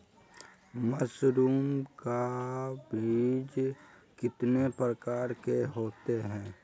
Mushroom का बीज कितने प्रकार के होते है?